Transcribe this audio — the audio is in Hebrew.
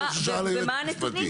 כמו ששאל היועץ המשפטי.